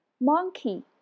Monkey